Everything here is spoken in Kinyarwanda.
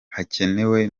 hakenewe